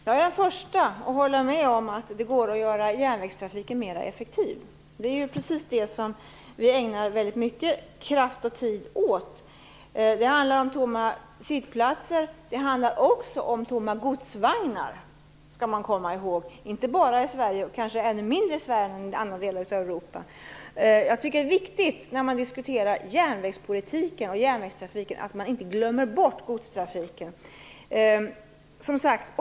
Fru talman! Jag är den första att hålla med om att det går att göra järnvägstrafiken mer effektiv. Det är precis det vi ägnar väldigt mycket kraft och tid åt. Det handlar om tomma sittplatser, men också om tomma godsvagnar. Det skall man komma ihåg. Det gäller inte bara i Sverige - det gäller kanske ännu mindre i Sverige än i andra delar av Europa. Jag tycker att det är viktigt att inte glömma bort godstrafiken när man diskuterar järnvägspolitiken och järnvägstrafiken.